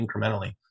incrementally